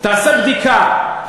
תעשה בדיקה,